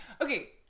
okay